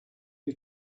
you